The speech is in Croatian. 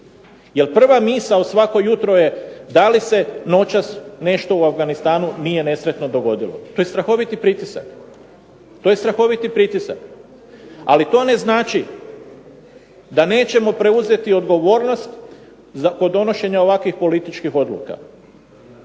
prva misao svako jutro je da li se noćas nešto u Afganistanu nije nesretno dogodilo. To je strahoviti pritisak, ali to ne znači da nećemo preuzeti odgovornost kod donošenja ovakvih političkih odluka.